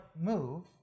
move